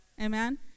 amen